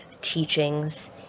teachings